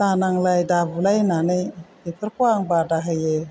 दानांलाय दाबुलाय होन्नानै बेफोरखौ आं बादा होयो